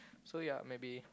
so yeah maybe